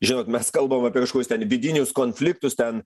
žinot mes kalbam apie kažkokius ten vidinius konfliktus ten